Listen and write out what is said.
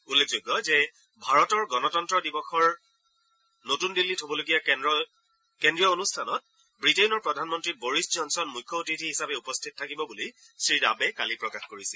উল্লেখয়োগ্য যে ভাৰতৰ গণতন্ত্ৰ দিৱসৰ নতুন দিল্লীত হ'বলগীয়া কেন্দ্ৰীয় অনুষ্ঠানত ৱিটেইনৰ প্ৰধানমন্ত্ৰী বৰিছ জনছন মুখ্য অতিথি হিচাপে উপস্থিত থাকিব বুলি শ্ৰীৰাবে কালি প্ৰকাশ কৰিছিল